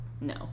no